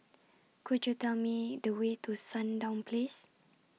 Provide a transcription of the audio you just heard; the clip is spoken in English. Could YOU Tell Me The Way to Sandown Place